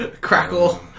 crackle